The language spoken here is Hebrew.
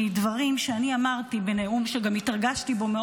מדברים שאני אמרתי בנאום שגם התרגשתי בו מאוד.